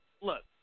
Look